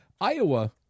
Iowa